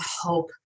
hope